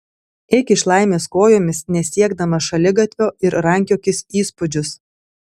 eik iš laimės kojomis nesiekdamas šaligatvio ir rankiokis įspūdžius